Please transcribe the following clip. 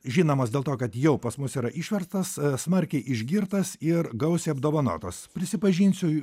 žinamas dėl to kad jau pas mus yra išverstas smarkiai išgirtas ir gausiai apdovanotas prisipažinsiu